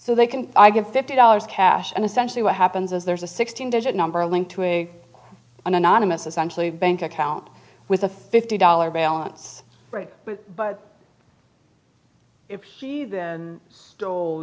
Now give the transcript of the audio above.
so they can i get fifty dollars cash and essentially what happens is there's a sixteen digit number a link to a an anonymous essentially bank account with a fifty dollars balance but if he then stole